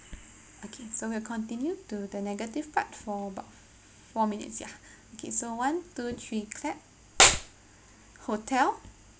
okay so we'll continue to the negative part for about four minutes ya okay so one two three clap hotel